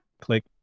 click